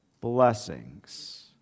blessings